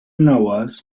nawaz